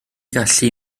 gallu